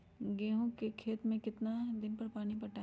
गेंहू के खेत मे कितना कितना दिन पर पानी पटाये?